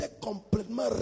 complètement